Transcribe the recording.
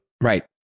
Right